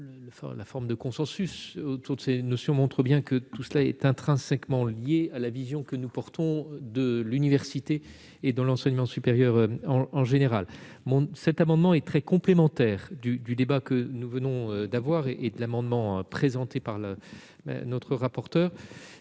la liberté d'expression. Ce consensus montre bien que tout cela est intrinsèquement lié à la vision que nous avons de l'université et de l'enseignement supérieur en général. Cet amendement est très complémentaire des discussions que nous venons d'avoir et de l'amendement présenté par notre rapporteure,